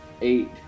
eight